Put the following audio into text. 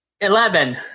eleven